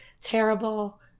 terrible